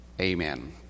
Amen